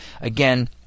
Again